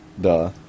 duh